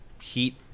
heat